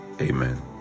Amen